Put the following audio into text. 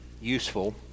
useful